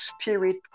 spirit